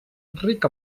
ric